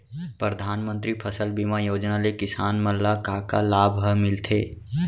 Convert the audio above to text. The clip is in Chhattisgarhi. परधानमंतरी फसल बीमा योजना ले किसान मन ला का का लाभ ह मिलथे?